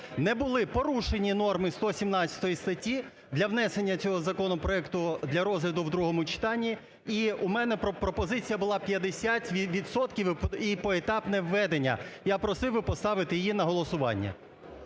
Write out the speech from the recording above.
не були. Порушені норми 117 статті для внесення цього законопроекту для розгляду в другому читанні. І у мене пропозиція була 50 відсотків і поетапне введення. Я просив би поставити поставити її на голосування.